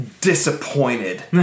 disappointed